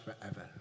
forever